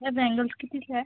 या बॅंगल्स कितीच्या आहे